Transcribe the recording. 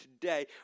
today